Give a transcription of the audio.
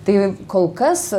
tai kol kas